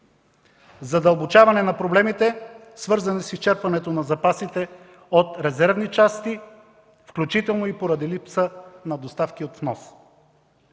задълбочаване на проблемите, свързани с изчерпването на запасите от резервни части, включително и поради липса на доставки от внос.